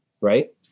Right